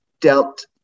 dealt